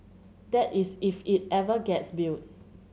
that is if it ever gets built